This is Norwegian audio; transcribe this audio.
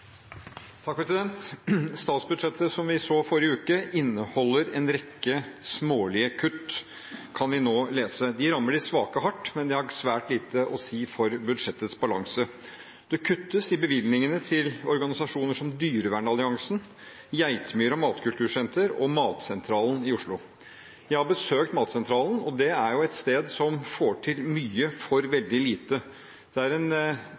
Statsbudsjettet som vi så forrige uke, inneholder en rekke smålige kutt, kan vi nå lese. De rammer de svake hardt, men det har svært lite å si for budsjettets balanse. Det kuttes i bevilgningene til organisasjoner som Dyrevernalliansen, Geitmyra matkultursenter og Matsentralen i Oslo. Jeg har besøkt Matsentralen, og det er et sted som får til mye for veldig lite. Det er en